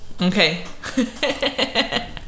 Okay